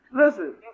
Listen